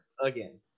again